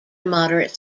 moderate